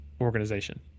organization